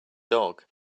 dog